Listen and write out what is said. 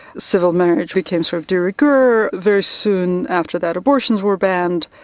civil marriage became sort of de rigueur, very soon after that abortions were banned,